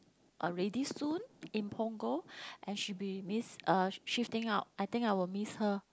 uh ready soon in Punggol and she be miss uh shifting out I think I'll miss her